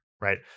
Right